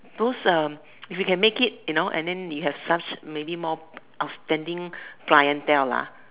those um if you can make it you know and then you have such maybe more of pending clientele lah